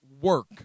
work